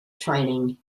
training